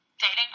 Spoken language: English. dating